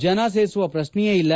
ಜನ ಸೇರಿಸುವ ಪ್ರಶ್ನೆಯೇ ಇಲ್ಲ